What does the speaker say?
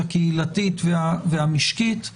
הקהילתית והמשקית.